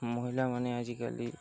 ମହିଳାମାନେ ଆଜିକାଲି